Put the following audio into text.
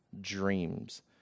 dreams